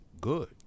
good